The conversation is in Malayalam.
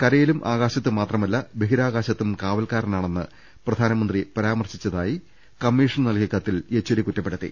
കരയിലും ആകാശത്തും മാത്രമല്ല ബഹി രാകാശത്തും കാവൽക്കാരനാണെന്ന് പ്രധാനമന്ത്രിപരാമർശിച്ചെന്ന് കമ്മീഷന് നൽകിയ കത്തിൽ യെച്ചൂരി കുറ്റപ്പെടുത്തി